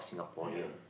ya